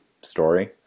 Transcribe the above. story